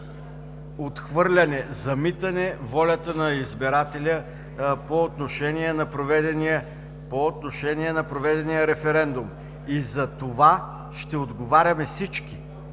отхвърляне, замитане волята на избирателя по отношение на проведения референдум и затова ще отговаряме всички.